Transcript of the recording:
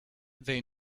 they